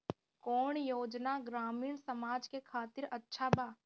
कौन योजना ग्रामीण समाज के खातिर अच्छा बा?